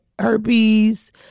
herpes